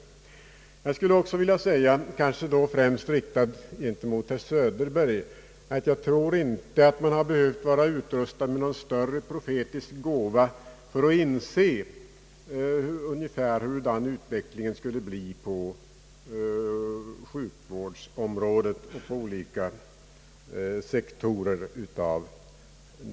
Jag skulle också vilja säga — kanske främst till herr Söderberg — att man inte har behövt vara utrustad med någon större profetisk begåvning för att förutse ungefär hur utvecklingen skulle bli inom sjukvårdens olika sektorer.